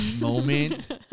moment